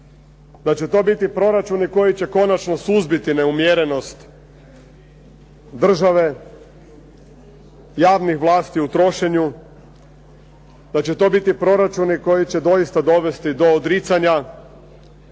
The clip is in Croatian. da će to biti proračuni koji će konačno suzbiti neumjerenost države, javnih vlasti u trošenju, da će to biti proračuni koji će doista dovesti do odricanja,